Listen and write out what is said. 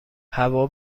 هوا